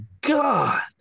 god